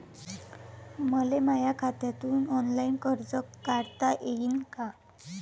मले माया खात्यातून ऑनलाईन कर्ज काढता येईन का?